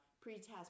pre-test